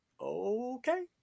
Okay